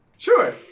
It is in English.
Sure